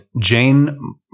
Jane